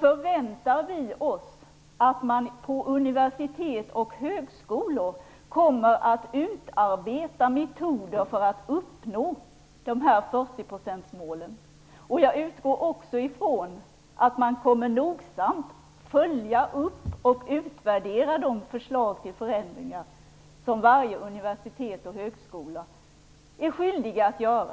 förväntar vi oss att man på universitet och högskolor kommer att utarbeta metoder för att uppnå dessa 40-procentsmål. Jag utgår också ifrån att man nogsamt kommer att följa upp och utvärdera de förslag till förändringar som varje universitet och högskola är skyldiga att göra.